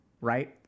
right